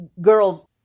girls